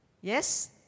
Yes